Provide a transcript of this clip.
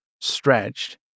stretched